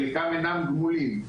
חלקם אינם גמולים.